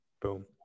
Boom